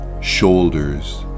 shoulders